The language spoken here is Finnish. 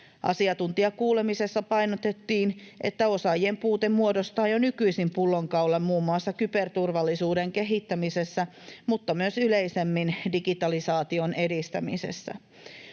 Asiantuntijakuulemisessa painotettiin, että osaajien puute muodostaa jo nykyisin pullonkaulan muun muassa kyberturvallisuuden kehittämisessä mutta myös yleisemmin digitalisaation edistämisessä.